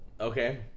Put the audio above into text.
Okay